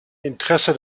interesse